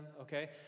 okay